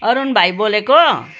अरुण भाइ बोलेको